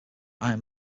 iron